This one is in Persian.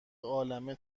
عالمه